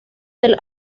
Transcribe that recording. del